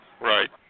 Right